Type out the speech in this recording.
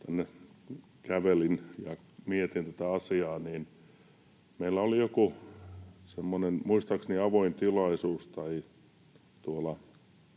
tänne kävelin ja mietin tätä asiaa, niin meillä oli muistaakseni joku